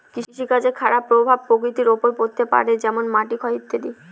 কৃষিকাজের খারাপ প্রভাব প্রকৃতির ওপর পড়তে পারে যেমন মাটির ক্ষয় ইত্যাদি